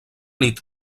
nit